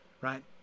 Right